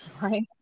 Right